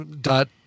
dot